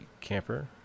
camper